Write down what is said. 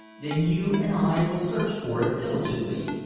then you and i will search for it diligently,